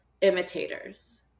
imitators